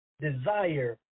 desire